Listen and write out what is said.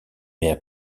mère